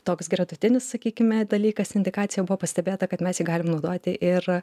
toks gretutinis sakykime dalykas indikacija buvo pastebėta kad mes jį galim naudoti ir